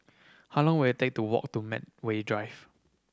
how long will it take to walk to Medway Drive